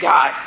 God